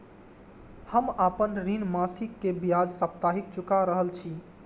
हम आपन ऋण मासिक के ब्याज साप्ताहिक चुका रहल छी